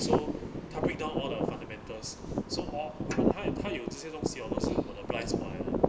so 他 break down all the fundamentals so all 他用他有这种东西 orh 就是 applies forever